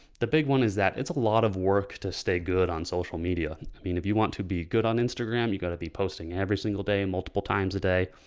the big one is that it's a lot of work to stay good on social media, i mean, if you want to be good on instagram, you gotta be posting every single day, multiple times a day,